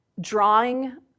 drawing